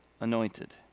anointed